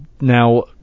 now